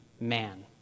man